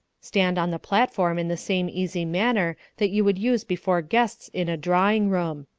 stand on the platform in the same easy manner that you would use before guests in a drawing-room.